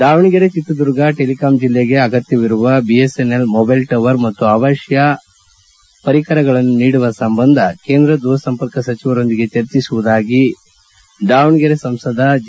Davanagere Chitradurga telecom ಜಿಲ್ಲೆಗೆ ಅಗತ್ತವಿರುವ BSNL mobile tower ಮತ್ತು ಅವಶ್ಯ ಪರಿಕರಗಳನ್ನು ನೀಡುವ ಸಂಬಂಧ ಕೇಂದ್ರ ದೂರ ಸಂಪರ್ಕ ಸಚಿವರೊಂದಿಗೆ ಚರ್ಚಿಸುವುದಾಗಿ ಎಂದು ದಾವಣಗೆರೆ ಸಂಸದ ಜಿ